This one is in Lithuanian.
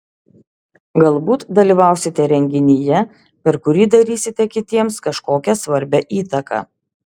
galbūt dalyvausite renginyje per kurį darysite kitiems kažkokią svarbią įtaką